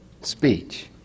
speech